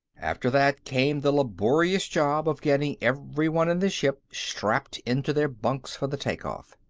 after that came the laborious job of getting everyone in the ship strapped into their bunks for the takeoff.